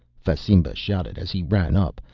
fasimba shouted as he ran up,